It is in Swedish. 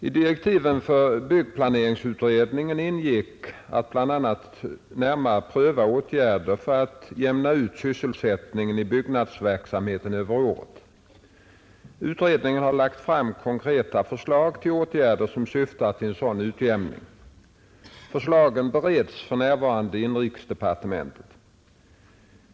I direktiven för byggplaneringsutredningen ingick att bl.a. närmare pröva åtgärderna för att jämna ut sysselsättningen i byggnadsverksamheten över året. Utredningen har lagt fram konkreta förslag till åtgärder som syftar till en sådan utjämning. Förslagen bereds f.n. i inrikesdepartementet.